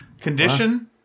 Condition